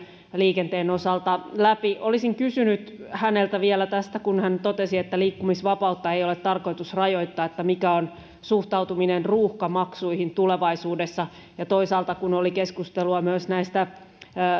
liikenteen osalta läpi olisin kysynyt häneltä vielä kun hän totesi että liikkumisvapautta ei ole tarkoitus rajoittaa mikä on suhtautuminen ruuhkamaksuihin tulevaisuudessa ja toisaalta kun oli keskustelua myös